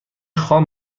خام